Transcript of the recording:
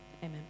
Amen